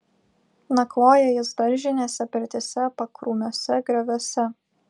nakvoja jis daržinėse pirtyse pakrūmiuose grioviuose